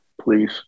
Please